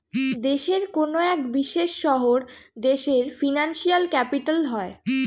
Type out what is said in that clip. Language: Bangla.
দেশের কোনো এক বিশেষ শহর দেশের ফিনান্সিয়াল ক্যাপিটাল হয়